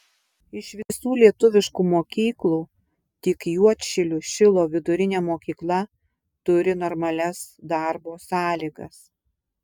iš visų lietuviškų mokyklų tik juodšilių šilo vidurinė mokykla turi normalias darbo sąlygas